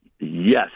Yes